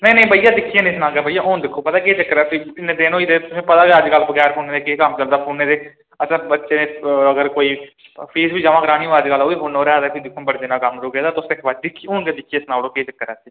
नेईं नेईं बइया दिक्खियै नेईं सनागे बइया हून दिक्खो पता केह् चक्कर ऐ भी इन्ने दिन होई दे तुसें पता गै ऐ अजकल बगैर फोनै दे केह् कम्म चलदा फोने दे असें बच्चें दी अगर कोई फीस बी जमा करानी होऐ अजकल ओह् बी फोनै पर ऐ रक्खी दी दिक्खो हां बड़े दिनै दा कम्म रुके दा तुस इक बारी दिक्खियै हून गै दिक्खियै सनाउड़ो केह् चक्कर ऐ